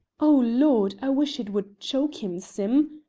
oh, lord! i wish it would choke him, sim,